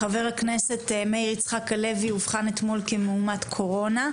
חבר הכנסת מאיר יצחק הלוי אובחן אתמול כמאומת קורונה,